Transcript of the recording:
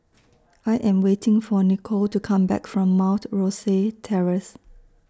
I Am waiting For Nichol to Come Back from Mount Rosie Terrace